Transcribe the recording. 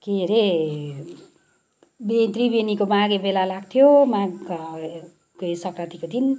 के अरे त्रिवेणीको माघे मेला लाग्थ्यो माघे सङ्क्रान्तिको दिन